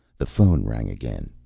the phone rang again.